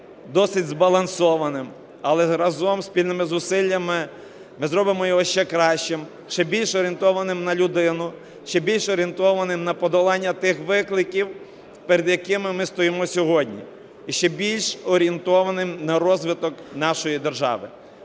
досить збалансованим, але разом, спільними зусиллями ми зробимо його ще кращим, ще більш орієнтованим на людину, ще більш орієнтованим на подолання тих викликів перед якими ми стоїмо сьогодні, і ще більш орієнтованим на розвиток нашої держави.